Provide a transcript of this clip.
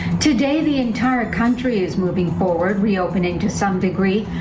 today the entire country is moving forward reopening to some degree.